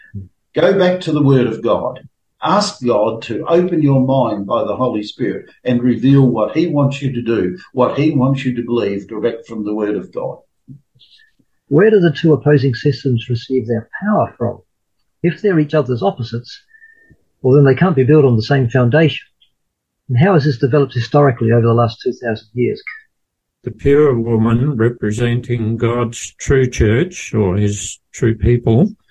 Go back to the Word of God. Ask God to open your mind by the Holy Spirit and reveal what he wants you to do, what he wants you to believe direct from the Word of God. Where do the two opposing systems receive their power from? If they're each other's opposites, well, then they can't be built on the same foundation. And how has this developed historically over the last 2,000 years? The pure woman representing God's true church or his true people.